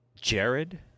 Jared